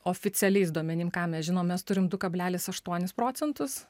oficialiais duomenim ką mes žinom mes turim du kablelis aštuonis procentus